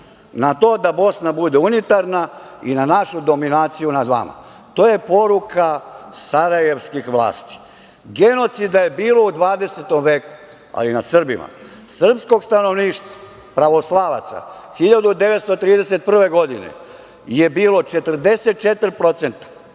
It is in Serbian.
na to BiH bude unitarna i našu dominaciju nad vama. To je poruka sarajevskih vlasti. Genocida je bilo u 20. veku, ali nad Srbima. Srpskog stanovništva, pravoslavaca 1931. godine je bilo 44%.